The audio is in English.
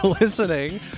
listening